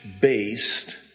Based